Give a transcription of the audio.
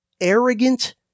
arrogant